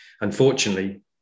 unfortunately